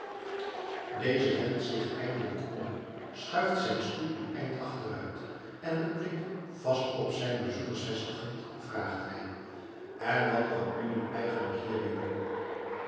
deze wendt zich eindelijk om schuift zijn stoel een eind achteruit en den blik vast op zijn bezoekers vestigend vraagt hij en wat kwam u nu eigenlijk hier weer doen